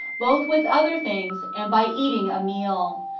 both with other things, and by eating a meal.